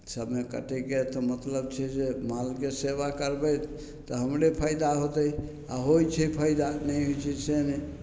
समय काटैके तऽ मतलब छै जे मालके सेवा करबै तऽ हमरे फायदा होतै आओर होइ छै फायदा नहि होइ छै से नहि